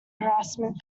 harassment